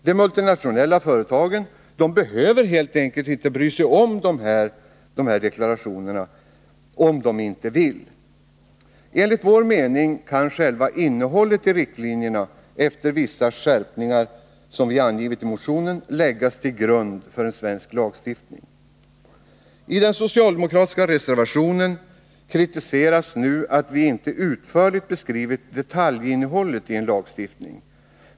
De multinationella företagen behöver helt enkelt inte bry sig om deklarationerna, om de inte vill! Enligt vår mening kan själva innehållet i riktlinjerna, efter vissa skärpningar som vi har angivit i motionen, läggas till grund för en svensk lagstiftning. I den socialdemokratiska reservationen kritiseras nu att vi inte utförligt beskrivit detaljinnehållet i en lagstiftning.